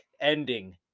ending